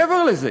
מעבר לזה,